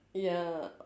ya